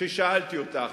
כששאלתי אותך.